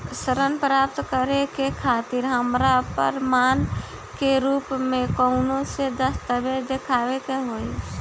ऋण प्राप्त करे के खातिर हमरा प्रमाण के रूप में कउन से दस्तावेज़ दिखावे के होइ?